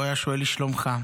הוא היה שואל לשלומך.